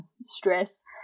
stress